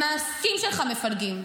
המעשים שלך מפלגים.